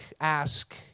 ask